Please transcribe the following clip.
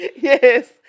Yes